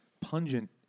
pungent